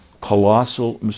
Colossal